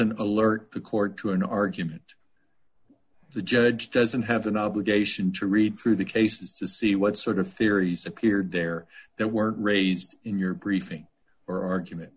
doesn't alert the court to an argument the judge doesn't have an obligation to read through the cases to see what sort of theories appeared there that weren't raised in your briefing or argument